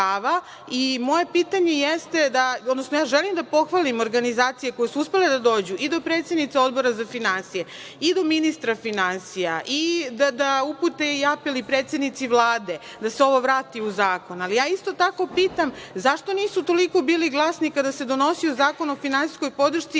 moje pitanje jeste, odnosno ja želim da pohvalim organizacije koje su uspele da dođu i do predsednice Odbora za finansije i do ministra finansija i da upute apel i predsednici Vlade, da se ovo vrati u zakon. Isto tako pitam, zašto nisu toliko bili glasni kada se donosio Zakon o finansijskoj podršci